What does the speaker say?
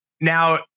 now